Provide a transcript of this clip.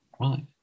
Right